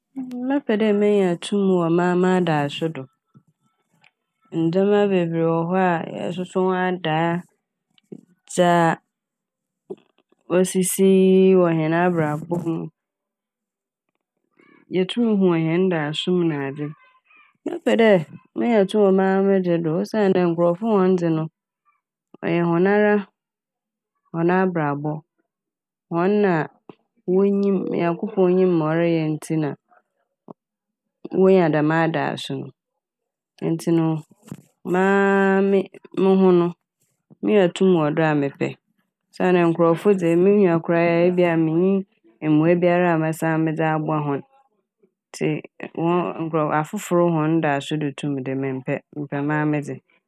Mɛpɛ dɛ menya tum wɔ maa m'daaso do. Ndzɛma bebree wɔ hɔ a yɛsoso ho adaa, dza osisi wɔ hɛn abrabɔ m' yetum hu wɔ hɛn daaso m' nadze. Mɛpɛ dɛ menya tum wɔ maa medze do osiandɛ nkorɔfo hɔn dze no ɔyɛ hɔn ankasa hɔn abrabɔ. Hɔn na wonyim- Nyankopɔn nyim ma ɔreyɛ ntsi na wonya dɛm adaaso no. Ntsi no maa me- mo ho no minya tum wɔ do a mepɛ osiandɛ nkorɔfo dze mo nua koraa ebi a minnyi mboa biara medze bɛsan aboa hɔn ntsi nn- nkorɔ- afofor hɔn daaso do tum de memmpɛ, mepɛ maa me dze.